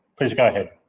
please go ahead.